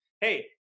Hey